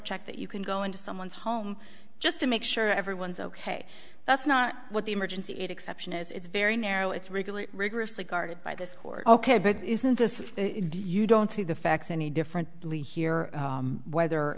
check that you can go into someone's home just to make sure everyone's ok that's not what the emergency exception is it's very narrow it's regular rigorously guarded by this court ok but isn't this you don't see the facts any different